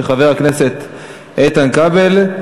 של חבר הכנסת איתן כבל.